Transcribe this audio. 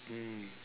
mm